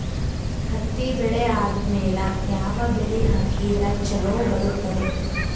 ಹತ್ತಿ ಬೆಳೆ ಆದ್ಮೇಲ ಯಾವ ಬೆಳಿ ಹಾಕಿದ್ರ ಛಲೋ ಬರುತ್ತದೆ?